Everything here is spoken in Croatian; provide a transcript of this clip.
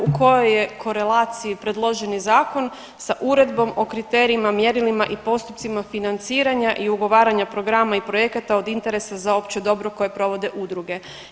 U kojoj je korelaciji predloženi zakon sa Uredbom o kriterijima, mjerilima i postupcima financiranja i ugovaranja programa i projekata od interesa za opće dobro koje provode udruge?